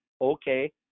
Okay